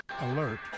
Alert